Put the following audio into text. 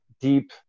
deep